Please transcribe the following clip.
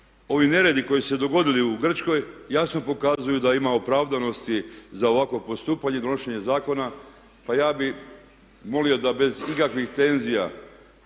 Ovi neredi koji su se dogodili u Grčkoj jasno pokazuju da ima opravdanosti za ovakvo postupanje i donošenje zakona. Pa ja bih molio da bez ikakvih tenzija